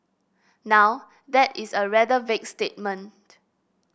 now that is a rather vague statement